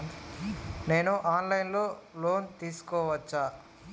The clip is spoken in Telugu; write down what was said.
నేను ఆన్ లైన్ లో లోన్ తీసుకోవచ్చా?